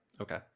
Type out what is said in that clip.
Okay